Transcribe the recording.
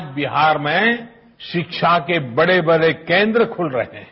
आज बिहार में शिक्षा के बडे बडे केन्द्र खुल रहे हैं